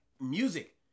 music